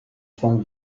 flung